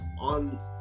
on